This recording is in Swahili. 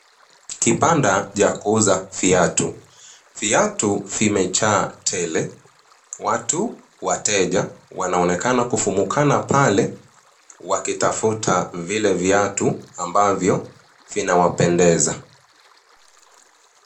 Kibanda ya kuuza viatu, viatu vimejaa tele watu wateja wanaonekana kufumukana pale wakitafuta vile viatu ambavyo vinawapendeza.